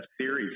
series